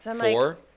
Four